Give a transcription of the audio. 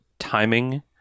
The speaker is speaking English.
timing